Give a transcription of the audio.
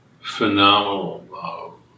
phenomenal